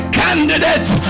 candidate